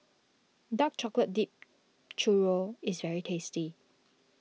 Dark Chocolate Dipped Churro is very tasty